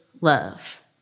love